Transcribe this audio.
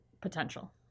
potential